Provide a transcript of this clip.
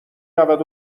رود